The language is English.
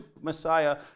Messiah